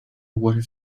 water